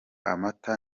amata